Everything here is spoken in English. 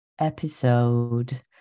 episode